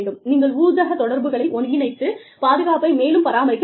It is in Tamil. நீங்கள் ஊடக தொடர்புகளை ஒருங்கிணைத்து பாதுகாப்பை மேலும் பராமரிக்க வேண்டும்